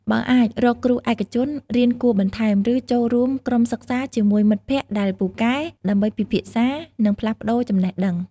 បើអាច រកគ្រូឯកជនរៀនគួរបន្ថែម ឬចូលរួមក្រុមសិក្សាជាមួយមិត្តភក្តិដែលពូកែ ដើម្បីពិភាក្សា និងផ្លាស់ប្តូរចំណេះដឹង។